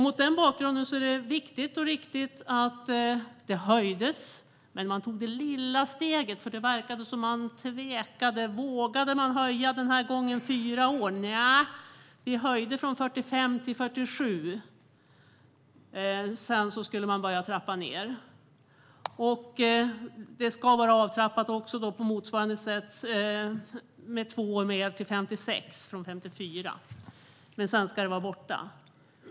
Mot den bakgrunden är det viktigt och riktigt att åldersgränsen för nedtrappning av studiemedel höjdes, men man tog det lilla steget. Det verkade som om man tvekade. Vågade man höja fyra år den här gången? Nja. Vi höjde gränsen för nedtrappning av studiemedel från 45 till 47. Sedan sköts den övre gränsen för att få studiemedel fram i det här fallet med två år till 56 från 54. Sedan ska det vara borta.